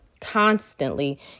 constantly